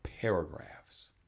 paragraphs